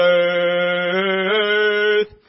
earth